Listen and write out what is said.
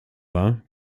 war